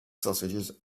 sausages